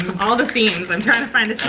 all the seams, i'm trying to find the